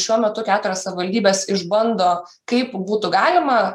šiuo metu keturias savaldybes išbando kaip būtų galima